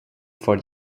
for